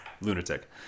Lunatic